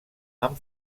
amb